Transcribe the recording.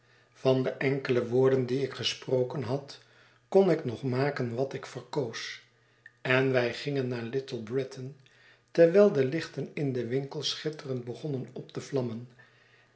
van de enkele woorden die ik gesproken had kon ik nog maken wat ik verkoos en wij gingen naar little britain terwijl de lichten in de winkels schitterend begonnen op te vlammen